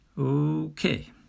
Okay